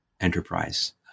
enterprise